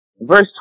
Verse